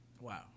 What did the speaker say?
Wow